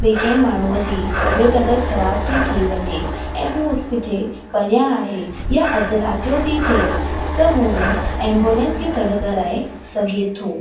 भई कंहिं माण्हूंअ जी तबियत अगरि ख़राबु थी थी वञे ऐं हू किथे परियां आहे यां अधु राति जो थी थिए त हू एंबोलंस खे सॾु कराए सघे थो